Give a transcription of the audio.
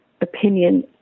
opinion